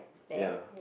ya